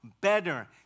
better